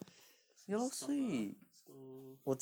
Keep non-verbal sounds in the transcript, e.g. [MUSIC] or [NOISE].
[BREATH] stop ah so